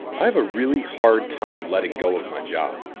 i have a really hard time letting go of my job.